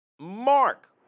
Mark